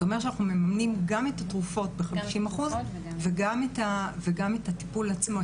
זאת אומרת שאנחנו מממנים גם את התרופות ב-50% וגם את הטיפול עצמו,